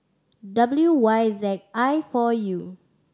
W Y Z I four U